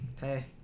hey